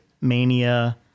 mania